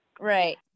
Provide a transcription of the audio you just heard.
Right